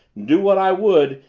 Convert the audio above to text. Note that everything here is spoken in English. do what i would,